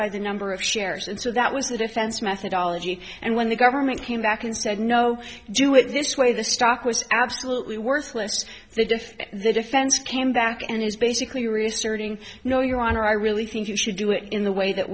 by the number of shares and so that was the defense methodology and when the government came back and said no do it this way the stock was absolutely worthless they defend the defense came back and is basically reasserting no your honor i really think you should do it in the way that